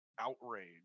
outrage